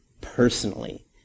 personally